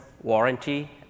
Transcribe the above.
warranty